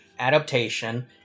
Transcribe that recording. Adaptation